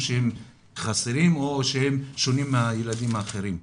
שהם חסרים או שהם שונים מהילדים האחרים.